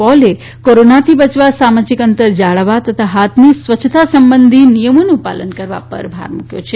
પોલે કોરોનાથી બચવા સામાજીક અંતર જાળવવા તથા હાથની સ્વયછતા સંબંધી નિયમોનું પાલન કરવા પર ભાર મૂક્યો છે